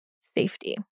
safety